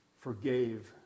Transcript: forgave